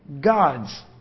God's